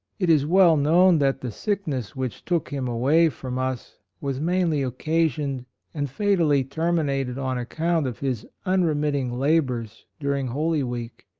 it is well known that the sickness which took him away from us was mainly occasioned and fatally terminated on account of his unremitting labors during holy week,